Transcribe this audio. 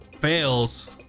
Fails